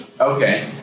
Okay